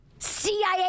cia